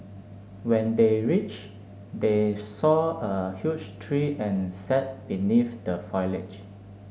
when they reached they saw a huge tree and sat beneath the foliage